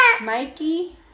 Mikey